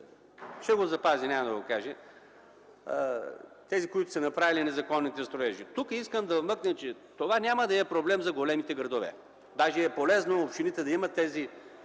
общини да се справят с тези, които са направили незаконните строежи. Тук искам да вмъкна, че това няма да е проблем за големите градове. Даже е полезно общините да имат тези